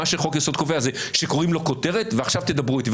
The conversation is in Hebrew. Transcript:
מה שחוק יסוד קובע זה שקובעים לו כותרת ועכשיו תדברו איתי.